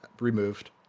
removed